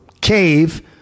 cave